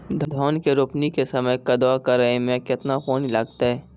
धान के रोपणी के समय कदौ करै मे केतना पानी लागतै?